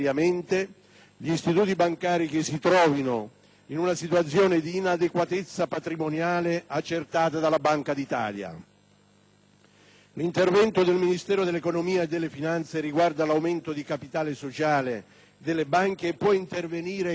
gli istituti bancari che si trovino in una situazione di inadeguatezza patrimoniale accertata dalla Banca d'Italia. L'intervento del Ministero dell'economia e delle finanze riguarda l'aumento di capitale sociale delle banche e può intervenire